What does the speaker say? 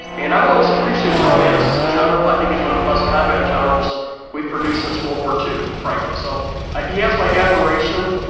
and i've always appreciate general mattis as a general. i think he's one of the best combat generals we've produced since world war two, frankly. so he has my admiration.